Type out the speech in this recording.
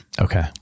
Okay